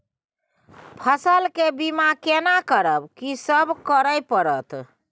फसल के बीमा केना करब, की सब करय परत?